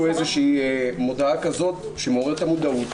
איזושהי מודעה כזאת שמעוררת את המודעות?